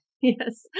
Yes